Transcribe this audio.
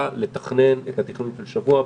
כמו רשות המיסים,